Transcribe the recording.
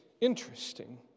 interesting